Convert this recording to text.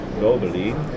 globally